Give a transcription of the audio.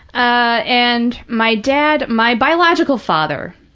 ah and my dad, my biological father,